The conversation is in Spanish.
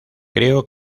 creo